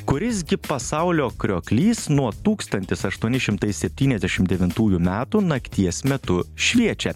kuris gi pasaulio krioklys nuo tūkstantis aštuoni šimtai septyniasdešim devintųjų metų nakties metu šviečia